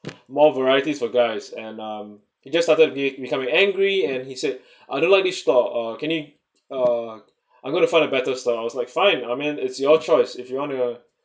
more varieties for guys and um he just started becoming angry and he said I don't like this store uh can you err I'm going to find a better store I was like fine I mean it's your choice if you want to go